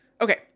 Okay